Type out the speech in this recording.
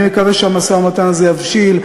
אני מקווה שהמשא-ומתן הזה יבשיל.